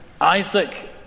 Isaac